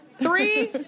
Three